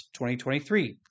2023